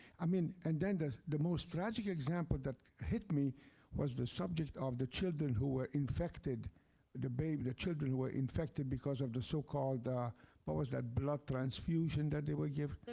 i mean and then, the the most tragic example that hit me was the subject of the children who were infected the babies the children who were infected because of the so-called what but was that blood transfusion that they were given?